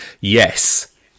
Yes